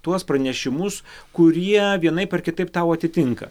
tuos pranešimus kurie vienaip ar kitaip tau atitinka